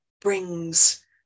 brings